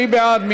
מי בעד?